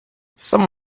some